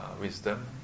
wisdom